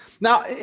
Now